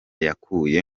yakuye